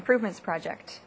improvements project